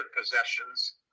possessions